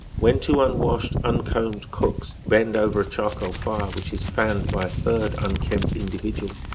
when two unwashed, uncombed cooks bend over a charcoal fire, which is fanned by a third unkempt individual,